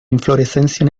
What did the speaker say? inflorescencia